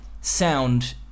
sound